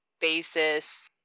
basis